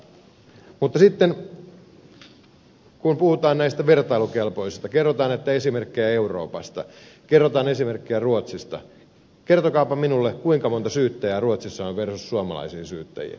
mutta sitten kun puhutaan näistä vertailukelpoisista maista kerrotaan esimerkkejä euroopasta kerrotaan esimerkkejä ruotsista niin kertokaapa minulle kuinka monta syyttäjää on ruotsissa versus suomalaisiin syyttäjiin